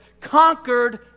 conquered